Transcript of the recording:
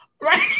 right